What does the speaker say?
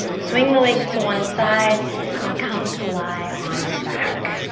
swing the legs to one side and come to lie on your back.